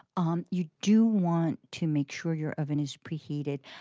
um you do want to make sure your oven is preheated.